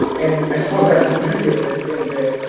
and i suppose that's the beauty of it in that,